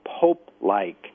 Pope-like